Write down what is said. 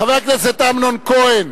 חבר הכנסת אמנון כהן,